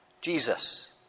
Jesus